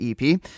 EP